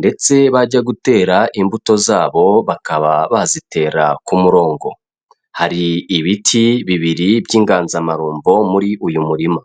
ndetse bajya gutera imbuto zabo bakaba bazitera ku murongo, hari ibiti bibiri by'inganzamarumbo muri uyu murima.